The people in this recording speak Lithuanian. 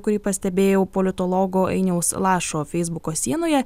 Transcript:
kurį pastebėjau politologo ainiaus lašo feisbuko sienoje